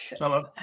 Hello